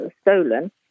stolen